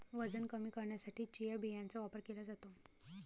वजन कमी करण्यासाठी चिया बियांचा वापर केला जातो